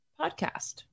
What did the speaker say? podcast